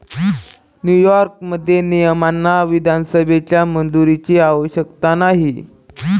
न्यूयॉर्कमध्ये, नियमांना विधानसभेच्या मंजुरीची आवश्यकता नाही